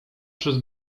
przez